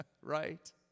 Right